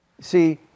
See